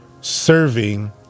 serving